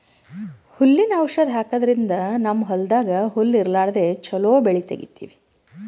ಹುಲ್ಲಿನ್ ಔಷಧ್ ಹಾಕದ್ರಿಂದ್ ನಮ್ಮ್ ಹೊಲ್ದಾಗ್ ಹುಲ್ಲ್ ಇರ್ಲಾರ್ದೆ ಚೊಲೋ ಬೆಳಿ ತೆಗೀತೀವಿ